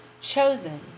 Chosen